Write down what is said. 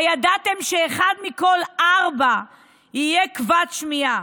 הידעתם שאחד מכל ארבעה יהיה כבד שמיעה?